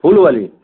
फूल वाली